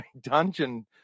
dungeon